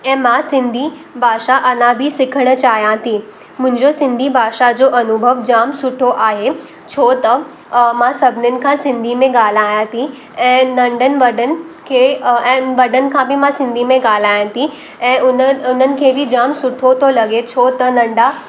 ऐं मां सिंधी भाषा अञां बि सिखणु चाहियां थी मुंहिंजो सिंधी भाषा जो अनुभव जामु सुठो आहे छो त मां सभिनीनि खां सिंधी में ॻाल्हायां थी ऐं नंढनि वॾनि खे ऐं वॾनि खां बि मां सिंधी में ॻाल्हायां थी ऐं उन्हनि उन्हनि खे बि जामु सुठो थो लॻे छो त नंढा